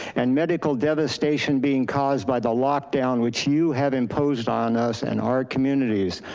and medical devastation being caused by the lock-down, which you have imposed on us and our communities.